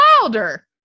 Wilder